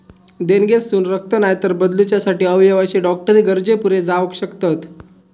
देणगेतसून रक्त, नायतर बदलूच्यासाठी अवयव अशे डॉक्टरी गरजे पुरे जावक शकतत